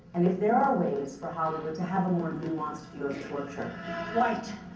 and if there are ways for hollywood to have a more nuanced view of torture white